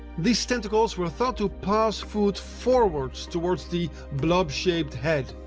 these tentacles were thought to pass food forwards towards the blob-shaped head.